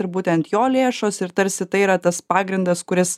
ir būtent jo lėšos ir tarsi tai yra tas pagrindas kuris